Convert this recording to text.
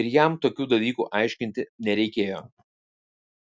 ir jam tokių dalykų aiškinti nereikėjo